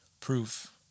proof